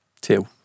Two